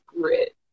grit